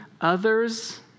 others